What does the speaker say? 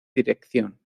dirección